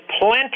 plenty